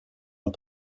ont